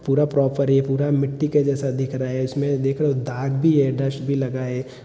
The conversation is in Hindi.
पूरा प्रॉपर यह पूरा मिट्टी के जैसा दिख रहा है इसमें देखो दाग भी है डस्ट भी लगा है